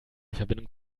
verbindung